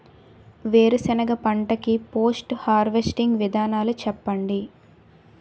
వేరుసెనగ పంట కి పోస్ట్ హార్వెస్టింగ్ విధానాలు చెప్పండీ?